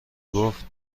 گفت